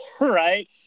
right